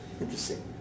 Interesting